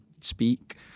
speak